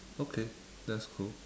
okay that's cool